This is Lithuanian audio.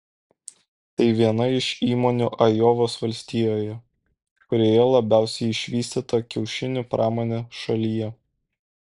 tai viena iš įmonių ajovos valstijoje kurioje labiausiai išvystyta kiaušinių pramonė šalyje